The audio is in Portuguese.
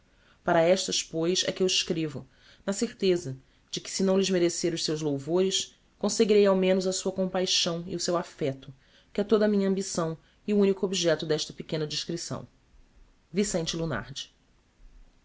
para estas pois é que eu escrevo na certeza de que se não lhes merecer os seus louvores conseguirei ao menos a sua compaixão e o seu affecto que é toda a minha ambição e o unico objecto d'esta pequena descripção vicente lunardi